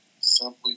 simply